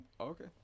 Okay